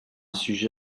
sujet